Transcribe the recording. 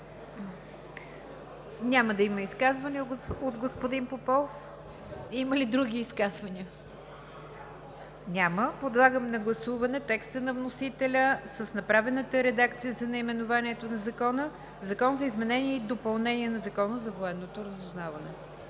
Няма да има изказване от господин Попов. Има ли други изказвания? Няма. Подлагам на гласуване текста на вносителя с направената редакция за наименованието на Закона: „Закон за изменение и допълнение на Закона за военното разузнаване“.